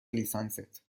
لیسانست